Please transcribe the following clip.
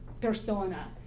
persona